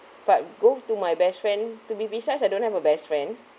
but go to my best friend to be besides I don't have a best friend